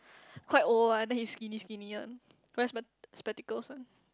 quite old ah then he skinny skinny one wear spec~ spectacles one